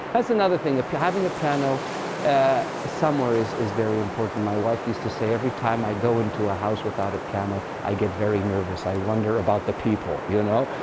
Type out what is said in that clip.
that's another thing. yeah having a piano somewhere is is very important. my wife used to say, every time i go into a house without a piano, i get very nervous. i wonder about the people. you know